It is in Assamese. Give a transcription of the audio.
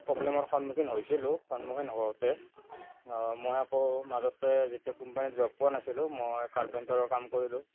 প্ৰব্লেমৰ সন্মুখীন হৈছিলোঁ সন্মুখীন হওঁতে মই আকৌ মাজতে যেতিয়া কোম্পানীত জ'ব পোৱা নাছিলোঁ মই কাৰ্পেণ্টাৰৰ কাম কৰিলোঁ